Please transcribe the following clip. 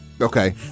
Okay